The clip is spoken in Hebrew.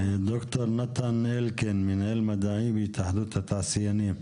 דוקטור נתן אלקין, מנהל מדעי בהתאחדות התעשיינים,